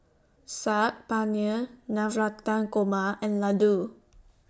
Saag Paneer Navratan Korma and Ladoo